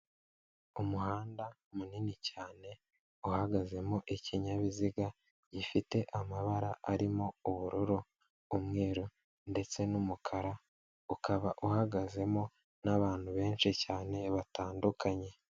Umuhanda munini cyane uhagaze mu ikinyabiziga gifite amabara arimo ubururu umweru ndetse n'umukara ukaba uhagazemo n'abantu benshi cyane batandukanye.